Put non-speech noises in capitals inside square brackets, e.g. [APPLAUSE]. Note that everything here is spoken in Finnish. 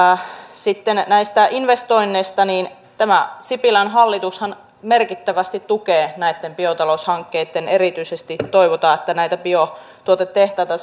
sitten näistä investoinneista tämä sipilän hallitushan merkittävästi tukee näitä biotaloushankkeita erityisesti toivotaan että näitä biotuotetehtaita [UNINTELLIGIBLE]